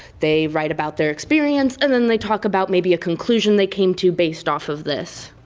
they write about their experience and then they talk about, maybe, a conclusion they came to based off of this.